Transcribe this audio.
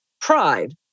pride